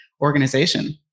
organization